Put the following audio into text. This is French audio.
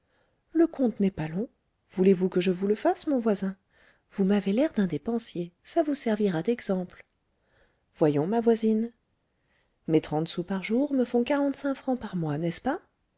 le compte n'est pas long voulez-vous que je vous le fasse mon voisin vous m'avez l'air d'un dépensier ça vous servira d'exemple voyons ma voisine mes trente sous par jour me font quarante-cinq francs par mois n'est-ce pas